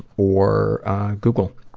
or google.